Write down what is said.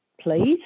please